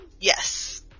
Yes